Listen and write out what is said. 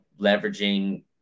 leveraging